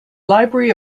library